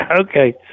Okay